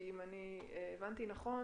אם הבנתי נכון,